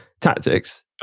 Tactics